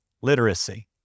literacy